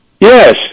Yes